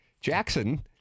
Jackson